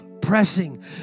pressing